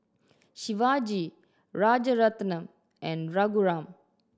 Shivaji Rajaratnam and Raghuram